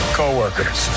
co-workers